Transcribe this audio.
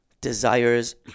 desires